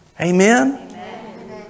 Amen